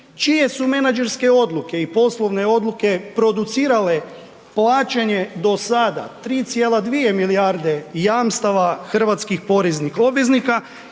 čije su menadžerske odluke i poslove odluke producirale plaćanje do sada 3,2 milijarde jamstava hrvatskih poreznih obveznika